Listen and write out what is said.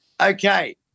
Okay